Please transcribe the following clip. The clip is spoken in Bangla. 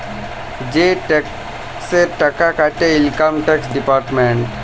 যে টেকসের টাকা কাটে ইলকাম টেকস ডিপার্টমেল্ট